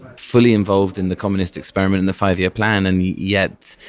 fully involved in the communist experiment and the five year plan and yet,